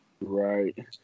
Right